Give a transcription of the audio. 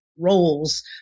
roles